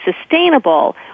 sustainable